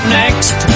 next